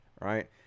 right